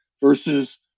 versus